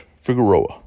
Figueroa